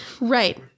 Right